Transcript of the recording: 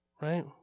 Right